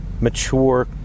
mature